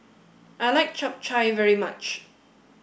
I like Chap Chai very much